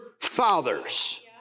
fathers